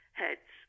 heads